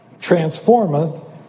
transformeth